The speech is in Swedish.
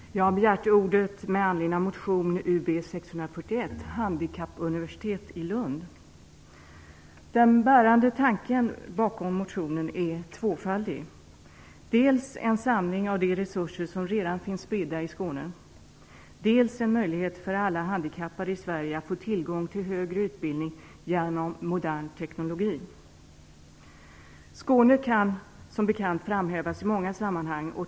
Herr talman! Jag har begärt ordet med anledning av motion Ub641 om ett handikappuniversitet i Lund. Det finns två bärande tankar bakom motionen. Motionen syftar dels till en samling av de resurser som redan är spridda i Skåne, dels till en möjlighet för alla handikappade i Sverige att få tillgång till högre utbildning genom modern teknik. Skåne kan som bekant framhävas i många sammanhang.